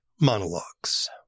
Monologues